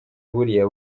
buriya